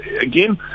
again